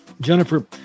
Jennifer